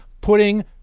putting